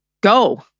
go